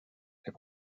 est